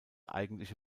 eigentliche